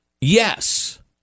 Yes